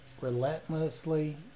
relentlessly